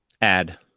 Add